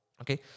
Okay